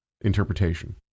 interpretation